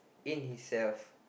in himself